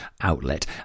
outlet